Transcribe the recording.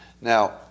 Now